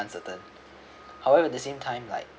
uncertain however at the same time like